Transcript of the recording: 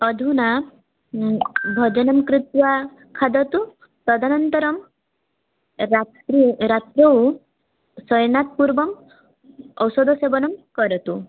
अधुना भोजनं कृत्वा खादतु तदनन्तरं रात्रे रात्रौ शयनात् पूर्वं औषधसेवनं करोतु